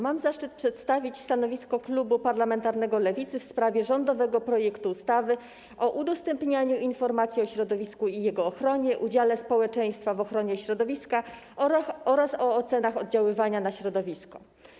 Mam zaszczyt przedstawić stanowisko klubu parlamentarnego Lewicy w sprawie rządowego projektu ustawy o udostępnianiu informacji o środowisku i jego ochronie, udziale społeczeństwa w ochronie środowiska oraz o ocenach oddziaływania na środowisko.